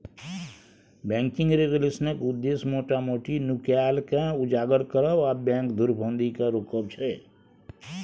banking रेगुलेशनक उद्देश्य मोटा मोटी नुकाएल केँ उजागर करब आ बैंक धुरफंदी केँ रोकब छै